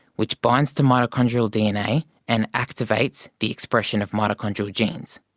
which binds to mitochondrial dna and activates the expression of mitochondrial genes.